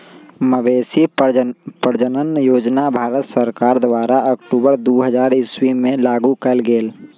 मवेशी प्रजजन योजना भारत सरकार द्वारा अक्टूबर दू हज़ार ईश्वी में लागू कएल गेल